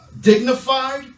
dignified